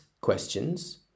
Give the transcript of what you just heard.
questions